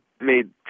made